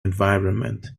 environment